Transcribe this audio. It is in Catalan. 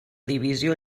divisió